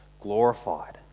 glorified